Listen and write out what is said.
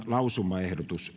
lausumaehdotuksen